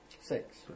Six